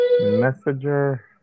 Messenger